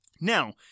Now